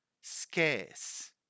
Scarce